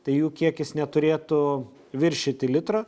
tai jų kiekis neturėtų viršyti litro